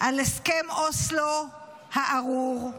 על הסכם אוסלו הארור.